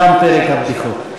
תם פרק הבדיחות.